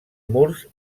murs